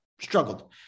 struggled